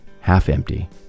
half-empty